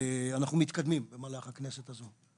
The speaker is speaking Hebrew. אנחנו מתמקדים במהלך הכנסת הזו.